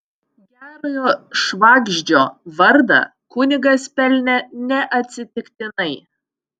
gerojo švagždžio vardą kunigas pelnė neatsitiktinai